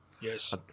Yes